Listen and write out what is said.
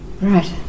Right